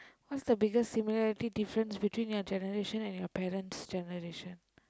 what's the biggest similarity difference between your generation and your parents' generation